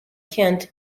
kent